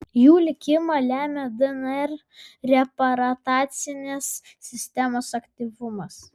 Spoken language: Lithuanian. jų likimą lemia dnr reparacinės sistemos aktyvumas